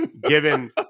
given